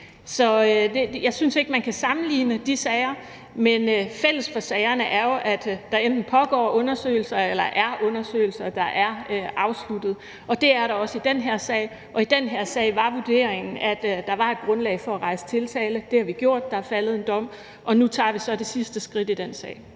Så jeg synes ikke, at man kan sammenligne de sager. Men fælles for sagerne er jo, at der enten pågår undersøgelser eller har været undersøgelser, der er afsluttet. Det er der også i den her sag, og i den her sag var vurderingen, at der var et grundlag for at rejse tiltale. Det har vi gjort, der er faldet en dom, og nu tager vi så det sidste skridt i den sag.